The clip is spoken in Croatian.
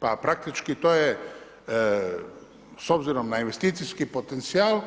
Praktički to je s obzirom na investicijski potencijal